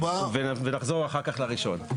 4. ונחזור אחר כך לראשון.